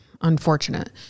unfortunate